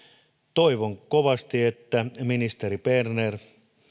toivon kovasti että ministeri berner